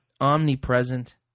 omnipresent